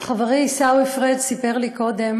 חברי עיסאווי פריג' סיפר לי קודם,